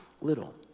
little